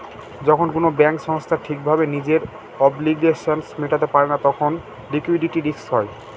যখন কোনো ব্যাঙ্ক সংস্থা ঠিক ভাবে নিজের অব্লিগেশনস মেটাতে পারে না তখন লিকুইডিটি রিস্ক হয়